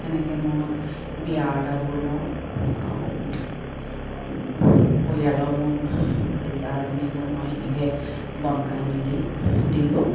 তেনেকৈ মই বিয়াৰ অৰ্ডাবোৰ লওঁ আৰু পৰিয়ালৰ মই ভতিজা এজনীকো মই তেনেকৈ বনাই মেলি দিলোঁ